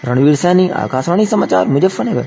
रणवीर सिंह सैनी आकाशवाणी समाचार मुजफ्फरनगर